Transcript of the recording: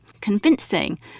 convincing